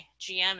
GM